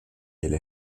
elle